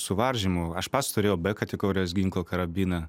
suvaržymų aš pats turėjau b kategorijos ginklo karabiną